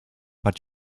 but